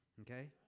Okay